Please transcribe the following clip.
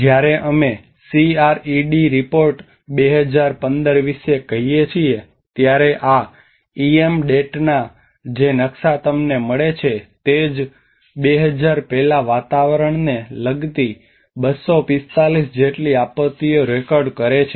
જ્યારે અમે CRED report 2015 વિશે કહીએ છીએ ત્યારે આ EM DAT ના જે નકશા તમને મળે છે તે જ 2000 પહેલાં વાતાવરણને લગતી 245 જેટલી આપત્તિઓ રેકોર્ડ કરે છે